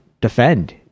defend